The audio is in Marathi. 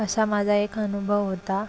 असा माझा एक अनुभव होता